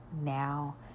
now